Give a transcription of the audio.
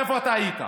איפה אתה היית?